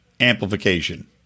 Amplification